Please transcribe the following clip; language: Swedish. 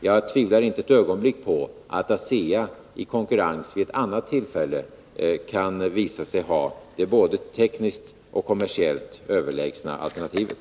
Jag tvivlar inte ett ögonblick på att ASEA i konkurrens vid ett annat tillfälle kan visa sig ha det både tekniskt och kommersiellt överlägsna alternativet.